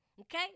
okay